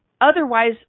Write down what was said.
otherwise